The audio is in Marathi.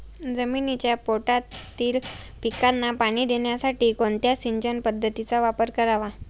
जमिनीच्या पोटातील पिकांना पाणी देण्यासाठी कोणत्या सिंचन पद्धतीचा वापर करावा?